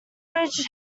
bridge